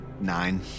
Nine